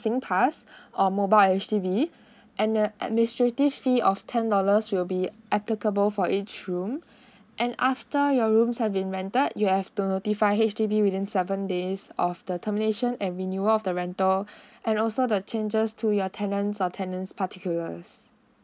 singpass or mobile H_D_B and the administrative fee of ten dollars will be applicable for each room and after your rooms have been rented you have to notify H_D_B within seven days of the termination and renewal of the rental and also the changes to your tenants or tenants particulars